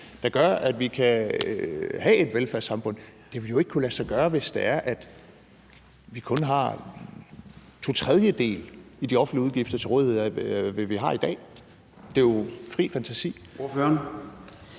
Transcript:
der gør, at vi kan have et velfærdssamfund. Det ville jo ikke kunne lade sig gøre, hvis det er sådan, at vi kun har to tredjedele af de offentlige udgifter til rådighed, i forhold til hvad vi har i dag. Det er jo fri fantasi.